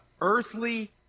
earthly